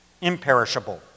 imperishable